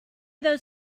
those